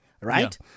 right